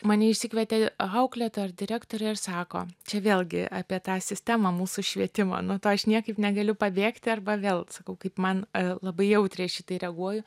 mane išsikvietė auklėtoja ar direktorė ir sako čia vėlgi apie tą sistemą mūsų švietimo nuo to aš niekaip negaliu pabėgti arba vėl sakau kaip man labai jautriai aš į tai reaguoju